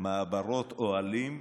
מעברות אוהלים.